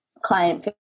client